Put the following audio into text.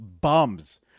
Bums